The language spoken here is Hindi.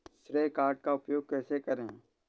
श्रेय कार्ड का उपयोग कैसे करें?